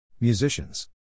Musicians